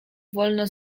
wolno